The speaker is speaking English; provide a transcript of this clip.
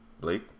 Blake